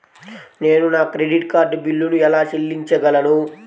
నేను నా credit card బిల్లును ఎలా చెల్లించగలను?